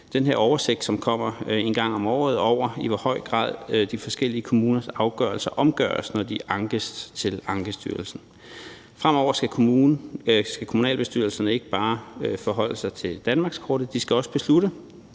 den her oversigt, som kommer en gang om året, over, i hvor høj grad de forskellige kommuners afgørelser omgøres, når de ankes til Ankestyrelsen. Fremover skal kommunalbestyrelserne ikke bare forholde sig til danmarkskortet; de skal også beslutte,